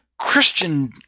Christian